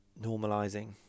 normalizing